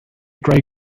grey